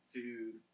food